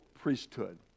priesthood